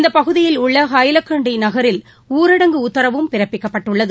இந்தபகுயில் உள்ளஹைலக்கண்டிநகரில் ஊரடங்கு உத்தரவும் பிறப்பிக்கப்பட்டுள்ளது